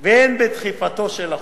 והן בדחיפתו של החוק.